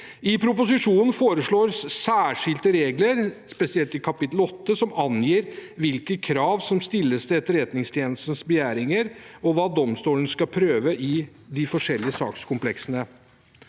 I proposisjonen foreslås særskilte regler, spesielt i kapittel 8, som angir hvilke krav som stilles til Etterretningstjenestens begjæringer, og hva domstolene skal prøve i de forskjellige sakskompleksene.